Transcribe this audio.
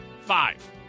Five